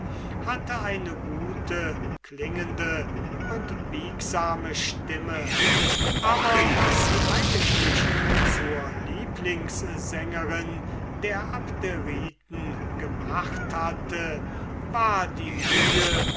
hatte eine gute klingende biegsame stimme aber was sie eigentlich zur lieblingssängerin der abderiten gemacht hatte war die mühe